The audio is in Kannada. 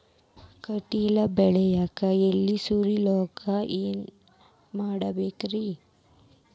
ಕಡ್ಲಿ ಬೆಳಿಯಾಗ ಎಲಿ ಸುರುಳಿರೋಗಕ್ಕ ಏನ್ ಮಾಡಬೇಕ್ರಿ?